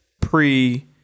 Pre